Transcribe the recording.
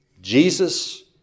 jesus